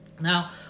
Now